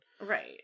Right